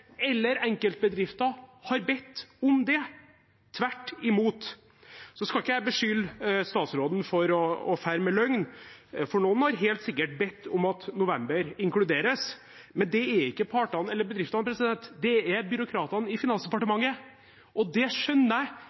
eller enkeltbedrifter – har bedt om det, tvert imot. Så skal ikke jeg beskylde statsråden for å fare med løgn, for noen har helt sikkert bedt om at november inkluderes, men det er ikke partene eller bedriftene. Det er byråkratene i Finansdepartementet. Det skjønner jeg,